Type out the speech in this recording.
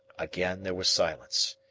again there was silence.